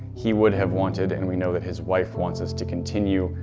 he would have wanted, and we know that his wife wants us to continue,